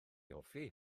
hoffi